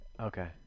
Okay